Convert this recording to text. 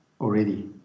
already